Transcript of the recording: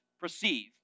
perceive